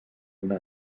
una